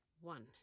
one